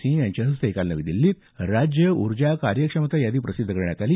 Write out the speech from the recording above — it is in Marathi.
सिंह यांच्या हस्ते काल नवी दिल्लीत राज्य उर्जा कार्यक्षमता यादी प्रसिध्द करण्यात आली